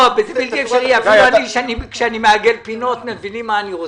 אפילו אני, כשאני מעגל פינות, מבינים מה אני רוצה.